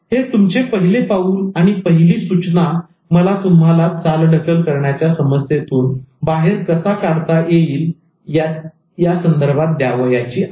हे तुमचे पहिले पाऊल आणि पहिली सूचनाटीप मला तुम्हाला चालढकल करण्याच्या समस्येतून बाहेर कसे काढता येईल द्यावयाची आहे